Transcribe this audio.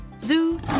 zoo